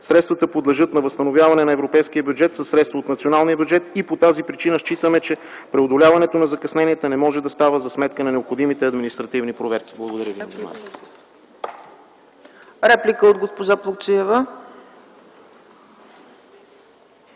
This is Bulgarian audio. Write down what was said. средства подлежат на възстановяване на европейския бюджет със средства от националния бюджет и по тази причина считаме, че преодоляването на закъсненията не може да става за сметка на необходимите административни проверки. Благодаря ви за